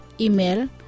Email